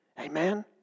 Amen